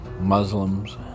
Muslims